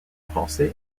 français